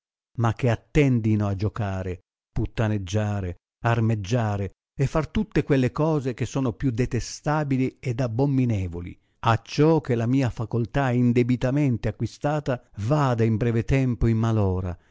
ma che attendino a giocare puttaneggiare armeggiare e far tutte quelle cose che sono più detestabili ed abbominevoli acciò che la mia facoltà indebitamente acquistata vada in breve tempo in mal